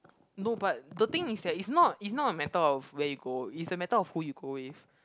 no but the thing is that is not is not a matter of where you go is a matter of who you go with